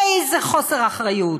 איזה חוסר אחריות,